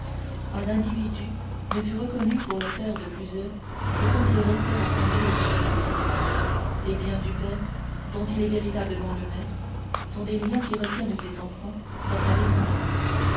un individu ne fut reconnu pour le père de plusieurs que quand ils restèrent assemblés autour de lui les biens du père dont il est véritablement le maître sont les liens qui retiennent ses enfants dans sa dépendance